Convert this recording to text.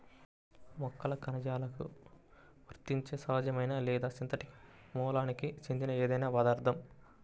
మొక్కల కణజాలాలకు వర్తించే సహజమైన లేదా సింథటిక్ మూలానికి చెందిన ఏదైనా పదార్థం